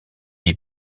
est